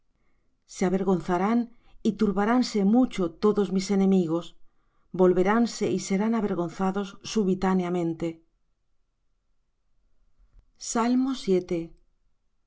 se avergonzarán y turbaránse mucho todos mis enemigos volveránse y serán avergonzados subitáneamente